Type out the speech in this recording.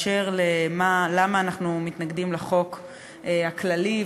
למה אנחנו מתנגדים לחוק הכללי,